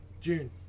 June